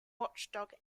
watchdog